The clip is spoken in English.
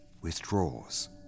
withdraws